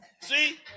See